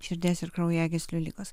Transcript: širdies ir kraujagyslių ligos